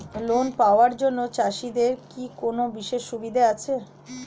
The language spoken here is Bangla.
লোন পাওয়ার জন্য চাষিদের কি কোনো বিশেষ সুবিধা আছে?